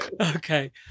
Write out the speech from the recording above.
okay